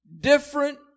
different